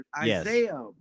Isaiah